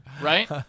right